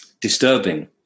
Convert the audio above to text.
disturbing